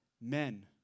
men